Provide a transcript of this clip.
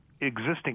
existing